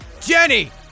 Jenny